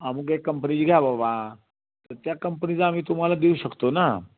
अमूक एक कंपनीची घ्या बाबा तर त्या कंपनीचा आम्ही तुम्हाला देऊ शकतो ना